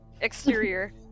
exterior